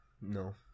No